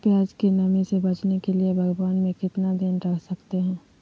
प्यास की नामी से बचने के लिए भगवान में कितना दिन रख सकते हैं?